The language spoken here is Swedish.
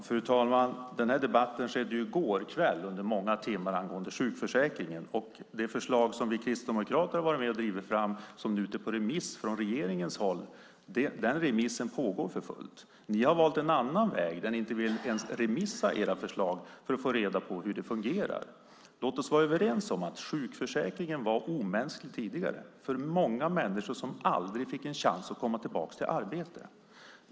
Fru talman! Debatten angående sjukförsäkringen skedde i går kväll under många timmar. Det förslag som vi kristdemokrater har varit med och drivit fram är nu ute på remiss från regeringens håll. Remissen pågår för fullt. Ni har valt en annan väg där ni inte ens vill sända ut era förslag på remiss för att få reda på hur det funderar. Låt oss vara överens om att sjukförsäkringen var omänsklig tidigare för många människor som aldrig fick en chans att komma tillbaka till arbete.